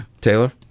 Taylor